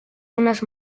unes